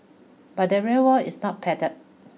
but the real world is not padded